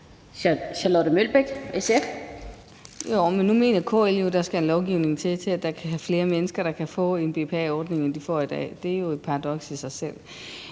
Charlotte Broman Mølbæk (SF): Jo, men nu mener KL jo, at der skal lovgivning til, i forhold til at der skal være flere mennesker, der kan få en BPA-ordning, end der er i dag. Det er jo et paradoks i sig selv.